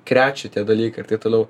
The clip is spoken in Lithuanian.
krečia tie dalykai ir taip toliau